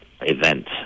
event